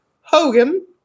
Hogan